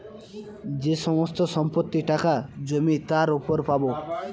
যে সমস্ত সম্পত্তি, টাকা, জমি তার উপর পাবো